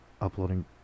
uploading